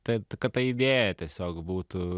tai kad ta idėja tiesiog būtų